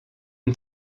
une